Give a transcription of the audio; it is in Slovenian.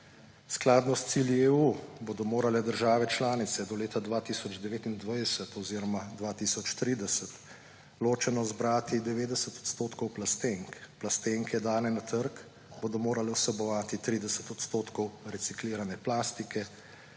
Skladno s cilji EU bodo morale države članice do leta 2029 oziroma 2030 ločeno zbrati 90 odstotkov plastenk. Plastenke, dane na trg, bodo morale vsebovati 30 odstotkov reciklirane plastike,